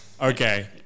Okay